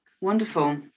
wonderful